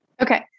Okay